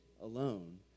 alone